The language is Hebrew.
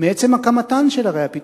עצם הקמתן של ערי הפיתוח,